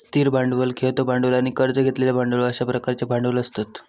स्थिर भांडवल, खेळतो भांडवल आणि कर्ज घेतलेले भांडवल अश्या प्रकारचे भांडवल असतत